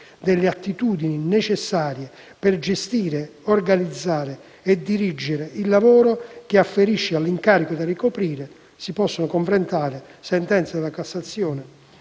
delle attitudini necessarie per gestire, organizzare e dirigere il lavoro che afferisce all'incarico da ricoprire (si possono confrontare al riguardo la sentenza